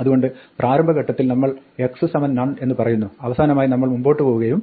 അതുകൊണ്ട് പ്രാരംഭഘട്ടത്തിൽ നമ്മൾ x None എന്ന് പറയുന്നു അവസാനമായി നമ്മൾ മുമ്പോട്ട് പോവുകയും